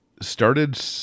started